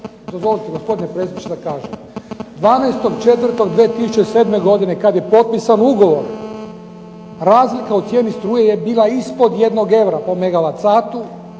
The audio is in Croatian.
dozvolite gospodine predsjedniče da kažem. 12. 4. 2007. godine kada je potpisan ugovor razlika u cijeni struje je bila ispod 1 eura po megawat satu,